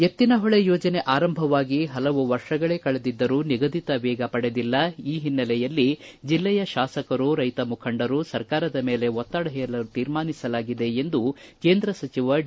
ಎತ್ತಿನಹೊಳೆ ಯೋಜನೆ ಆರಂಭವಾಗಿ ಹಲವು ವರ್ಷಗಳೇ ಕಳೆದಿದ್ದರೂ ನಿಗದಿತ ವೇಗ ಪಡೆದಿಲ್ಲ ಈ ಹಿನ್ನೆಲೆಯಲ್ಲಿ ಜಿಲ್ಲೆಯ ಶಾಸಕರು ರೈತ ಮುಖಂಡರು ಸರ್ಕಾರದ ಮೇಲೆ ಒತ್ತಡ ಹೇರಲು ತೀರ್ಮಾನಿಸಲಾಗಿದೆ ಎಂದು ಕೇಂದ್ರ ಸಚಿವ ಡಿ